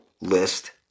list